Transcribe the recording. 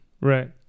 Right